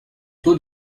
taux